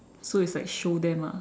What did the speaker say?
so it's like show them ah